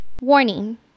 Warning